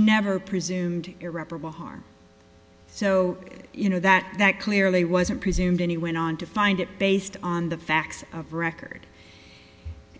never presumed irreparable harm so you know that that clearly wasn't presumed any went on to find it based on the facts of record